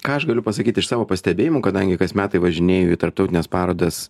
ką aš galiu pasakyt iš savo pastebėjimų kadangi kas metai važinėju į tarptautines parodas